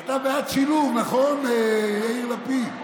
אתה בעד שילוב, נכון, יאיר לפיד?